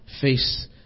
face